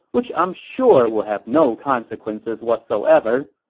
which i'm sure will have no consequences whatsoever.